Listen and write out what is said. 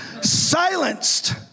Silenced